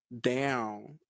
down